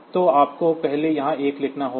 तो आपको पहले वहां 1 लिखना होगा